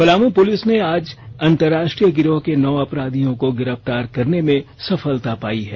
Palamu police ने आज अंतर्राष्ट्रीय गिरोह के नौ अपराधियों को गिरफ्तार करने में सफलता पायी है